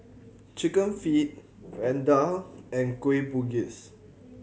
Chicken Feet Vadai and Kueh Bugis